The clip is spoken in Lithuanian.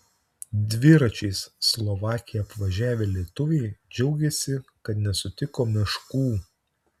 dviračiais slovakiją apvažiavę lietuviai džiaugiasi kad nesutiko meškų